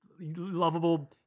lovable